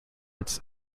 its